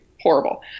Horrible